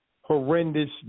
horrendous